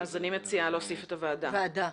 אז אני מציעה להוסיף את הוועדה.